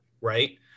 right